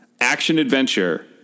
action-adventure